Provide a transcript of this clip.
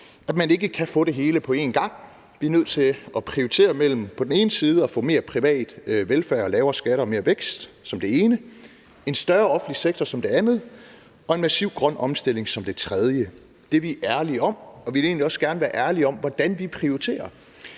at man ikke kan få det hele på en gang. Vi er nødt til at prioritere mellem som det ene at få mere privat velfærd, lavere skat og mere vækst og som det andet en større offentlig sektor og som det tredje en massiv grøn omstilling. Det er vi ærlige om, og vi vil egentlig også gerne være ærlige om, hvordan vi prioriterer.